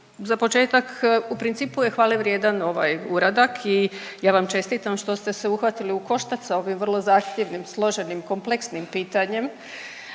za početak u principu je hvale vrijedan ovaj uradak i ja vam čestitam što ste se uhvatili u koštac sa ovim vrlo zahtjevnim, složenim, kompleksnim pitanjem